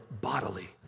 bodily